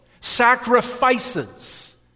sacrifices